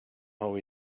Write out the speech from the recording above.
how